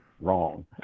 wrong